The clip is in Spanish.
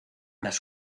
las